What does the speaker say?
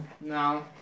No